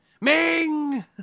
Ming